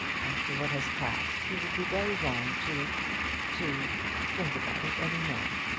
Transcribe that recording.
after what has passed he would be very wrong to to think about it any more.